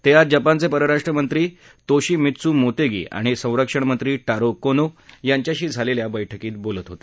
ते आज जपानचे परराष्ट्र मंत्री तोशिमित्सू मोतेगी आणि संरक्षण मंत्री टारो कोनो यांच्याशी झालेल्या बैठकीत बोलत होते